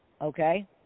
okay